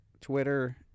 Twitter